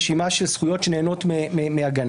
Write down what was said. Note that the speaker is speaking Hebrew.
רשימה של זכויות שנהנות מהגנה.